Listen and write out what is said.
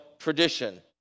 tradition